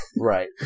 Right